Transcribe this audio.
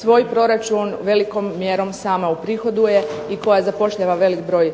svojoj proračun velikom mjerom sama uprihoduje i koja zapošljava velik broj